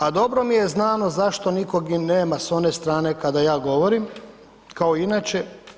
A dobro mi je znamo zašto nikog i nema s one strane kada ja govorim, kao i inače.